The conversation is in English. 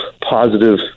positive